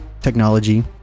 technology